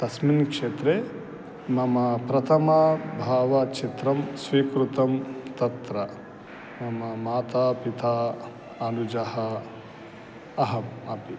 तस्मिन् क्षेत्रे मम प्रथमं भावचित्रं स्वीकृतं तत्र मम माता पिता अनुजः अहम् अपि